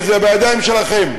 וזה בידיים שלכם.